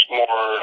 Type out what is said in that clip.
more